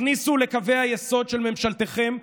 הכניסו לקווי היסוד של ממשלתכם,